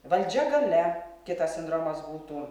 valdžia galia kitas sindromas būtų